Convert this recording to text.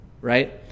right